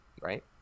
Right